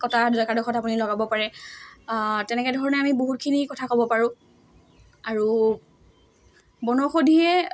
কটা জেগাডোখৰত আপুনি লগাব পাৰে তেনেকৈ ধৰণে আমি বহুতখিনি কথা ক'ব পাৰোঁ আৰু বনৌষধিয়ে